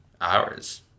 hours